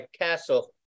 Castle